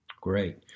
Great